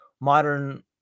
modern